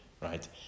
right